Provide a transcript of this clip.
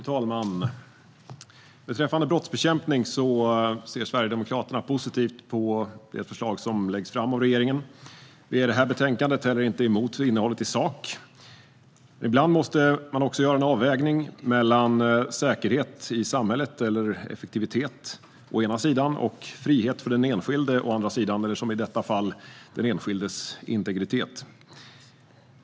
Fru talman! Beträffande brottsbekämpning ser Sverigedemokraterna positivt på det förslag som regeringen lägger fram. I det här betänkandet är vi inte heller emot innehållet i sak. Ibland måste man göra en avvägning mellan å ena sidan säkerhet i samhället eller effektivitet och å andra sidan frihet för den enskilde, eller som i detta fall den enskildes integritet.